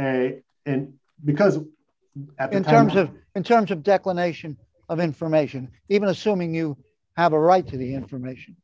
suing and because of that in terms of in terms of declamation of information even assuming you have a right to the information